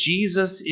Jesus